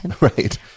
right